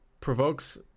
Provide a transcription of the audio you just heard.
provokes